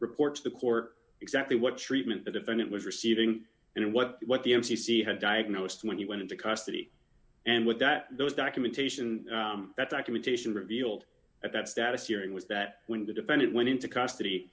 report to the court exactly what treatment the defendant was receiving and what what the m c c had diagnosed when he went into custody and with that those documentation that documentation revealed at that status hearing was that when the defendant went into custody